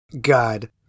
God